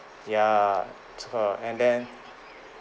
ya err and then